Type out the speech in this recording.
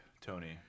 Tony